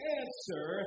answer